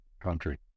country